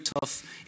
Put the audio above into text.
tough